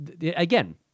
Again